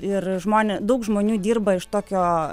ir žmonės daug žmonių dirba iš tokio